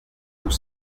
vous